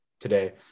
today